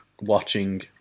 watching